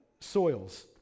soils